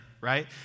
right